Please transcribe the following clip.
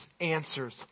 answers